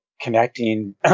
connecting